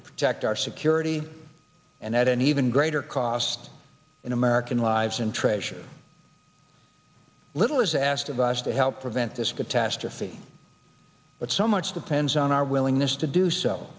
to protect our security and an even greater cost in american lives and treasure little is asked of us to help prevent this catastrophe but so much depends on our willingness to do so